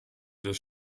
des